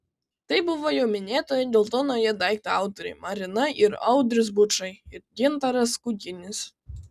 tai buvo jau minėtojo geltonojo daikto autoriai marina ir audrius bučai ir gintaras kuginis